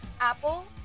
Apple